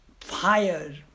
fire